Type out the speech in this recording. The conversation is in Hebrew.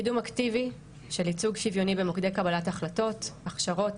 קידום אקטיבי של ייצוג שוויוני במוקדי קבלת החלטות: הכשרות,